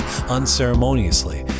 unceremoniously